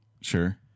Sure